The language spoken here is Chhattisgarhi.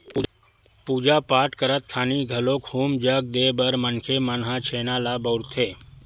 पूजा पाठ करत खानी घलोक हूम जग देय बर मनखे मन ह छेना ल बउरथे